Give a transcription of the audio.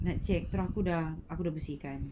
nak check dia orang aku dah aku dah bersihkan